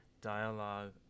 dialogue